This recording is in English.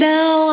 Now